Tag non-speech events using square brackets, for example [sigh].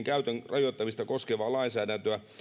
[unintelligible] käytön rajoittamista koskevaa lainsäädäntöä